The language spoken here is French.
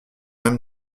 même